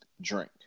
drink